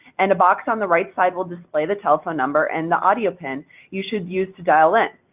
and a box on the right side will display the telephone number and the audio pin you should use to dial in.